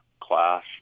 class